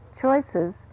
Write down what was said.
choices